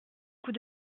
coup